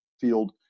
field